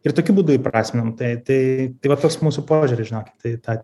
ir tokiu būdu įprasminam tai tai tai va toks mūsų požiūris žinokit į tą